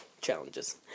challenges